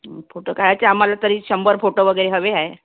photo कायच आम्हाला तरी शंभर फोटो वगैरे हवे आहे